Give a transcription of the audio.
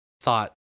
thought